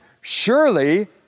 surely